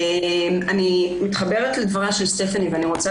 אני מתחברת לדבריה של סטפני ואני רוצה